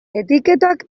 etiketak